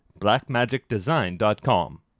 blackmagicdesign.com